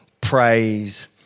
praise